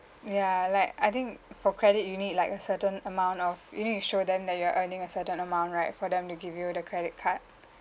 ya like I think for credit you need like a certain amount of you need to show them that you are earning a certain amount right for them to give you the credit card